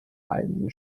einen